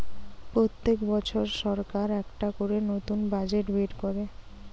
পোত্তেক বছর সরকার একটা করে নতুন বাজেট বের কোরে